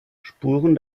spuren